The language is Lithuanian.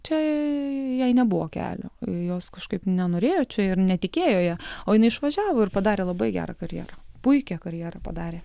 čia jai nebuvo kelio jos kažkaip nenorėjo čia ir netikėjo ja o jinai išvažiavo ir padarė labai gerą karjerą puikią karjerą padarė